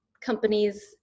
companies